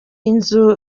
inzu